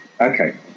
okay